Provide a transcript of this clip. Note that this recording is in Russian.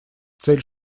цель